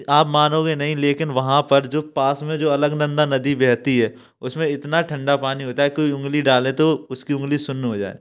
आप मानोगे नहीं लेकिन वहाँ पर जो पास में जो अलकनंदा नदी बहती है उसमें इतना ठंडा पानी होता है कोई उंगली डाले तो उसकी उंगली सुन्न हो जाए